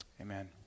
Amen